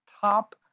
top